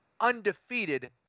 undefeated